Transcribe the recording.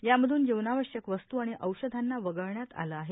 यामधून जीवनावश्यक वस्त् आणि औषधांना वगळण्यात आलं आहे